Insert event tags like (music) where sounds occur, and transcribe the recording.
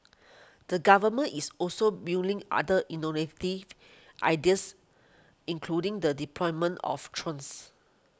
the Government is also mulling other (unintelligible) ideas including the deployment of drones